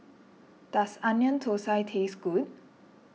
does Onion Thosai taste good